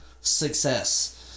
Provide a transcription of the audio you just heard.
success